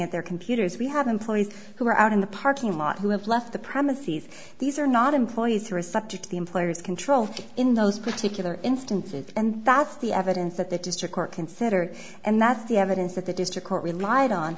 at their computers we have employees who are out in the parking lot who have left the premises these are not employees who are subject to the employer's control in those particular instances and that's the evidence that the district court consider and that's the evidence that the district court relied on